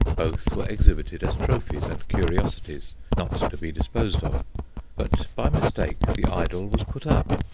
both were exhibited as trophies and curiosities, not to be disposed of but by mistake, the idol was put up.